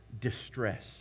distress